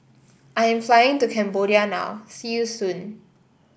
I am flying to Cambodia now see you soon